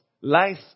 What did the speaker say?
life